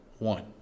One